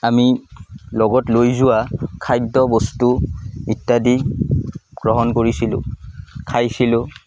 আমি লগত লৈ যোৱা খাদ্য বস্তু ইত্যাদি গ্ৰহণ কৰিছিলোঁ খাইছিলোঁ